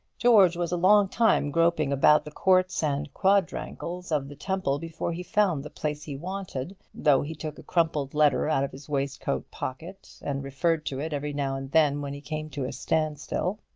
george was a long time groping about the courts and quadrangles of the temple before he found the place he wanted, though he took a crumpled letter out of his waistcoat-pocket, and referred to it every now and then when he came to a standstill.